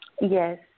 Yes